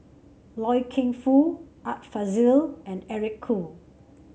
Loy Keng Foo Art Fazil and Eric Khoo